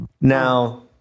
now